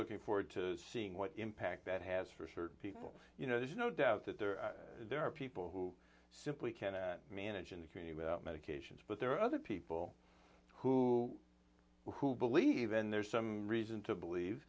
looking forward to seeing what impact that has for certain people you know there's no doubt that there are there are people who simply can't manage in the community without medications but there are other people who who believe in there's some reason to believe